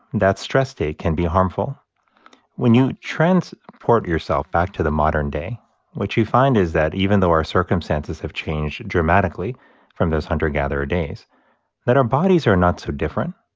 that stress state can be harmful when you transport yourself back to the modern day, what you find is that even though our circumstances have changed dramatically from those hunter-gatherer days that our bodies are not so different,